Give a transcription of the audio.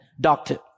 doctor